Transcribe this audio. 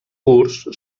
purs